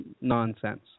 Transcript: nonsense